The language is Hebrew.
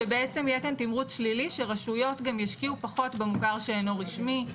שבעצם יהיה כאן תמרוץ שלילי שרשויות גם ישקיעו פחות במוכר שאינו רשמי,